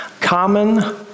Common